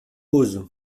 eauze